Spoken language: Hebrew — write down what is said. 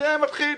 זה מפחיד.